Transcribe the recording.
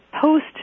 post